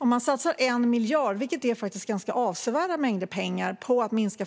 Om man satsar 1 miljard - vilket är en ganska avsevärd summa pengar - på att minska